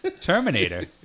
Terminator